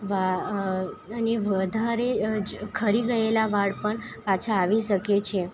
વાળ ને વધારે જ ખરી ગયેલા વાળ પણ પાછા આવી શકે છે